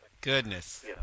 goodness